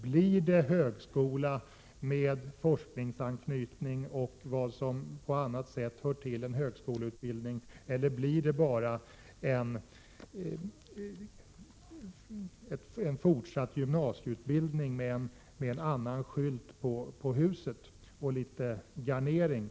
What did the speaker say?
Blir det fråga om en högskola med forskningsanknytning och annat som hör till en högskoleutbildning, eller bara om en fortsatt gymnasieutbildning med så att säga en annan skylt på huset och litet garnering?